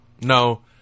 No